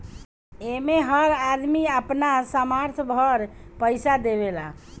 एमे हर आदमी अपना सामर्थ भर पईसा देवेला